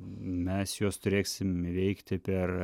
mes juos turėsim įveikti per